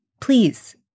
please